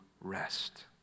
rest